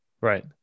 Right